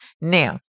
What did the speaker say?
Now